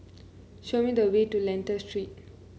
show me the way to Lentor Street